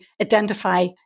identify